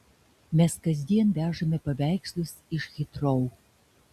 mes kasdien vežame paveikslus iš hitrou